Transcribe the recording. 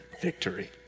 victory